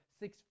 six